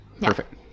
Perfect